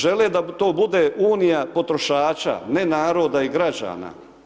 Žele da to bude unija potrošača, ne naroda i građana.